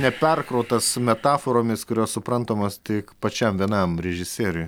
neperkrautas metaforomis kurios suprantamos tik pačiam vienam režisieriui